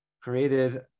created